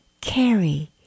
carry